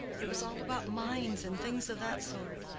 it was all about mines and things of that sort.